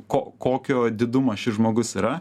ko kokio didumo šis žmogus yra